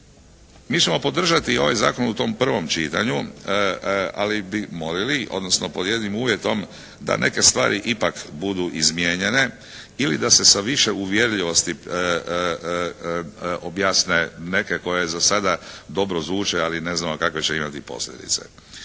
mi ćemo podržati ovaj zakon u tom prvom čitanju, ali bi molili, odnosno pod jednim uvjetom da neke stvari ipak budu izmijenjene ili da se sa više uvjerljivosti objasne neke koje za sada dobro zvuče ali neznamo kakve će imati posljedice.